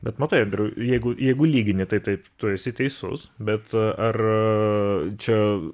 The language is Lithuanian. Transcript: bet matai andriau jeigu jeigu lygini tai taip tu esi teisus bet ar čia